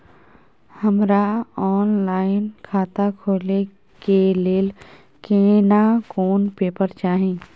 हमरा ऑनलाइन खाता खोले के लेल केना कोन पेपर चाही?